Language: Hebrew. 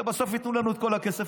שבסוף ייתנו לנו את כל הכסף.